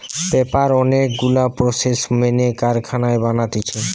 paper অনেক গুলা process মেনে কারখানায় বানাতিছে